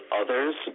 others